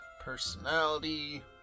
personality